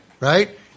Right